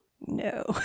no